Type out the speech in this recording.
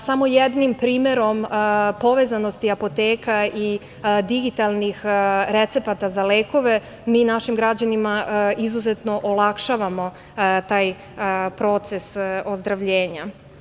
Samo jednim primerom povezanosti apoteka i digitalnih recepata za lekove mi našim građanima izuzetno olakšavamo taj proces ozdravljenja.